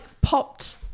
popped